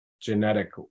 genetic